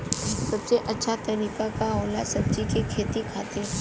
सबसे अच्छा तरीका का होला सब्जी के खेती खातिर?